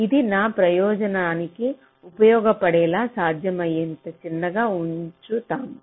ఇది నా ప్రయోజనానికి ఉపయోగపడేలా సాధ్యమైంది చిన్నదిగా ఉంచు తాము